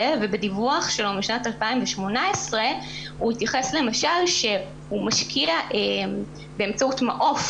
ובדיווח שלו משנת 2018 הוא התייחס למשל לכך שהוא משקיע באמצעות מעוף